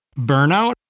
burnout